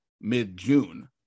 mid-june